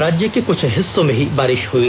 राज्य के कुछ हिस्सों में ही बारिश हुई